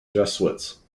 jesuits